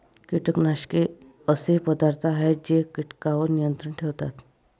कीटकनाशके असे पदार्थ आहेत जे कीटकांवर नियंत्रण ठेवतात